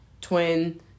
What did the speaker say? twin